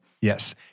Yes